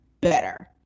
better